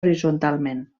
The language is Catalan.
horitzontalment